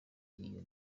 iyo